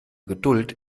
geduld